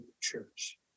church